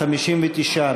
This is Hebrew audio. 59,